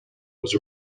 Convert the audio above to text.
was